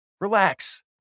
Relax